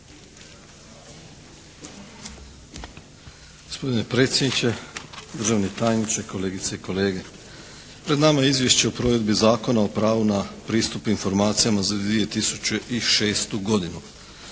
Gospodine predsjedniče, državni tajniče, kolegice i kolege. Pred nama je Izvješće o provedbi Zakona o pravu na pristup informacijama za 2006. godinu.